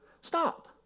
Stop